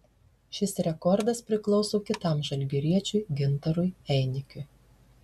šis rekordas priklauso kitam žalgiriečiui gintarui einikiui